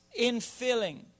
infilling